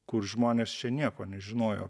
kur žmonės čia nieko nežinojo